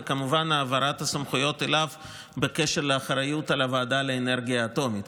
וזה כמובן העברת הסמכויות אליו בקשר לאחריות על הוועדה לאנרגיה אטומית.